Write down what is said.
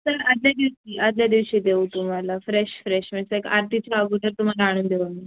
sir आदल्या दिवशी आदल्या दिवशी देऊ तुम्हाला फ्रेश फ्रेश मग ते एक आरतीच्या अगोदर तुम्हाला आणून देऊ आम्ही